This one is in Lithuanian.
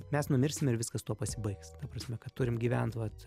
mes numirsime ir viskas tuo pasibaigs ta prasme kad turim gyvent vat